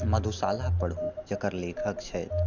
मधुशाला पढ़ु जेकर लेखक छथि